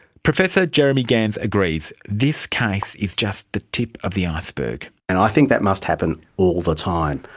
professor jeremy gans agrees, this case is just the tip of the iceberg. and i think that must happen all the time.